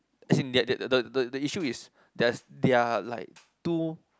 as in that the the the issue is theirs their like too